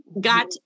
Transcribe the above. Got